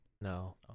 no